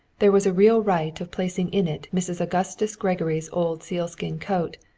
there was a real rite of placing in it mrs. augustus gregory's old sealskin coat,